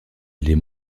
les